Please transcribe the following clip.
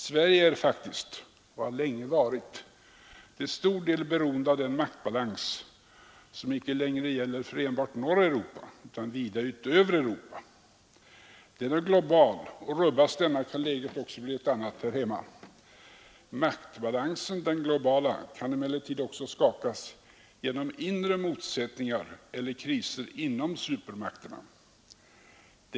Sverige är — och har länge varit — till stor del beroende av den maktbalans som icke längre gäller för enbart norra Europa utan vida utöver Europa. Den är global och rubbas denna kan läget också bli ett annat här hemma. Maktbalansen — den globala — kan emellertid också skakas genom inre motsättningar eller kriser inom supermakterna.